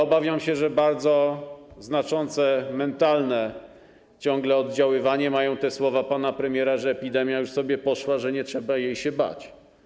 Obawiam się, że ciągle bardzo znaczące, mentalne oddziaływanie mają słowa pana premiera, że epidemia już sobie poszła, że nie trzeba się jej bać.